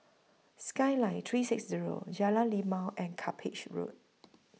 Skyline three six Zero Jalan Lima and Cuppage Road